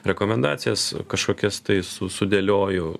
rekomendacijas kažkokias tai su sudėlioju